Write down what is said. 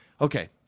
Okay